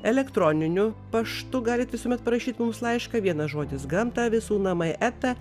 elektroniniu paštu galit visuomet parašyt mums laišką vienas žodis gamta visų namai eta